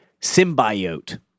symbiote